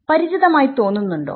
പരിചിതമായി തോന്നുണ്ടോ